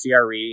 CRE